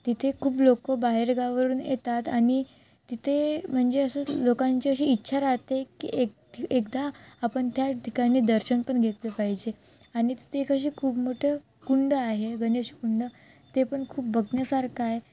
तिथे खूप लोकं बाहेर गावावरून येतात आणि तिथे म्हणजे असंच लोकांची अशी इच्छा राहते की एक एकदा आपण त्या ठिकाणी दर्शन पण घेतले पाहिजे आणि तिथे एक असे खूप मोठं कुंड आहे गणेश कुंड ते पण खूप बघण्यासारखं आहे